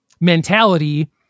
mentality